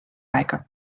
aega